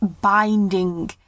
binding